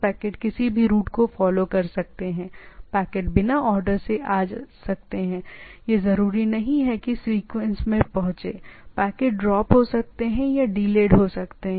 packet order से बाहर आ सकते हैं यह नहीं आना चाहिए यह जरूरी नहीं कि सीक्वेंस में पहुंचे पैकेट ड्रॉप हो सकते हैं या डिलेड हो सकते है